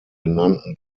genannten